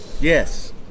Yes